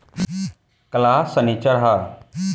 काल्ह सनीचर ह